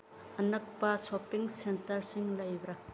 ꯑꯅꯛꯄ ꯁꯣꯄꯤꯡ ꯁꯦꯟꯇꯔꯁꯤꯡ ꯂꯩꯕ꯭ꯔꯥ